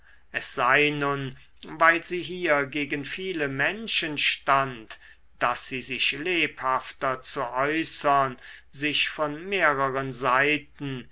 es sei nun weil sie hier gegen viele menschen stand daß sie sich lebhafter zu äußern sich von mehreren seiten